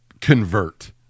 convert